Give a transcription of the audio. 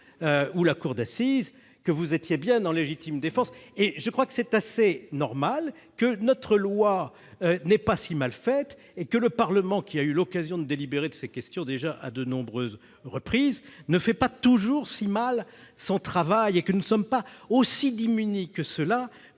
ou la cour d'assises que vous étiez bien en situation de légitime défense. Je crois que c'est assez normal, que notre loi n'est pas si mal faite et que le Parlement, qui a déjà eu l'occasion de délibérer de ces questions à de nombreuses reprises, ne fait pas toujours si mal son travail. Nous ne sommes pas aussi démunis qu'on